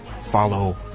follow